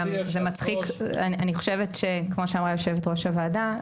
כמו שאמרה יושבת ראש הוועדה,